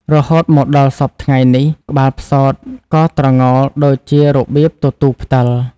រហូតមកដល់សព្វថ្ងៃនេះ ក្បាលផ្សោតក៏ត្រងោលដូចជារបៀបទទូរផ្ដិល។